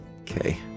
Okay